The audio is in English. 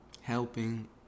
helping